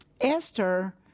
Esther